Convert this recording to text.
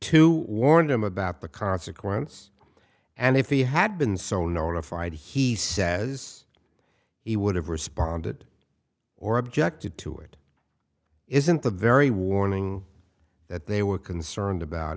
to warn him about the consequence and if he had been so notified he says he would have responded or objected to it isn't the very warning that they were concerned about